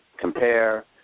compare